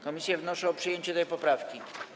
Komisje wnoszą o przyjęcie tej poprawki.